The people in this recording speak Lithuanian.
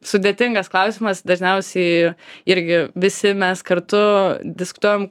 sudėtingas klausimas dažniausiai irgi visi mes kartu diskutuojam